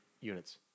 units